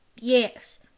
Yes